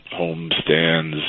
homestands